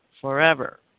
forever